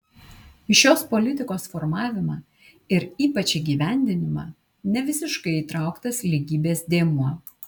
į šios politikos formavimą ir ypač įgyvendinimą nevisiškai įtrauktas lygybės dėmuo